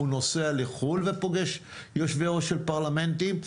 הוא נוסע לחו"ל ופוגש יושבי-ראש של פרלמנטים.